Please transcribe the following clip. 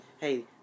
hey